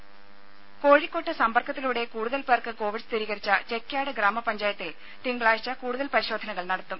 രേര കോഴിക്കോട്ട് സമ്പർക്കത്തിലൂടെ കൂടുതൽ പേർക്ക് കോവിഡ് സ്ഥിരീകരിച്ച ചെക്യാട് ഗ്രാമ പഞ്ചായത്തിൽ തിങ്കളാഴ്ച കൂടുതൽ പരിശോധനകൾ നടത്തും